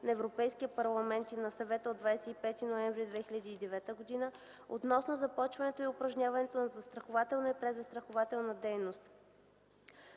на Европейския парламент и на Съвета от 25 ноември 2009 г. относно започването и упражняването на застрахователна и презастрахователна дейност,